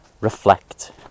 reflect